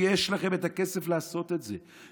יש לכם את הכסף לעשות את זה,